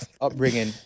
upbringing